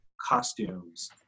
costumes